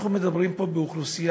אנחנו מדברים פה על אוכלוסייה